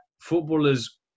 footballers